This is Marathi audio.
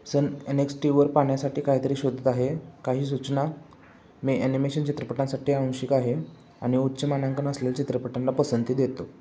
सन एन एक्स टीवर पाहण्यासाठी काहीतरी शोधत आहे काही सूचना मी ॲनिमेशन चित्रपटांसाठी अंशिक आहे आणि उच्च मानांकन असलेल्या चित्रपटांना पसंती देतो